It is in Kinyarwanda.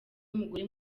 umugore